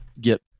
get